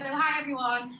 hi, everyone?